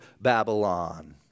Babylon